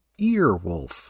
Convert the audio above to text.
Earwolf